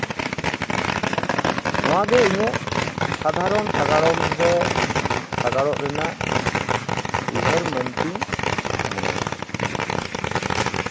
ᱱᱚᱣᱟ ᱜᱮ ᱤᱧᱟᱹᱜ ᱥᱟᱫᱷᱟᱨᱚᱱ ᱥᱟᱜᱟᱲᱚᱢ ᱨᱮ ᱥᱟᱜᱟᱲᱚᱜ ᱨᱮᱱᱟᱜ ᱩᱭᱦᱟᱹᱨ ᱢᱮᱱᱛᱤᱧ ᱢᱚᱱᱮᱭᱟ